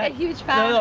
ah huge fan.